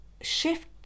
shift